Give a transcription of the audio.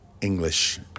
English